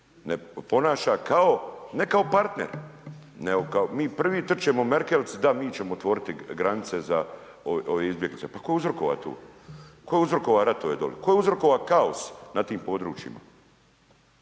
ponaša kao, ne kao partner nego kao mi prvi trčemo Merkelici da mi ćemo otvoriti granice za ove izbjeglice, pa ko je uzrokova tu, ko je uzrokova ratove doli, ko je uzrokova kaos na tim područjima.